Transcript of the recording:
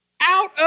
Out